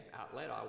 outlet